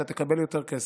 אתה תקבל יותר כסף.